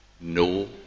no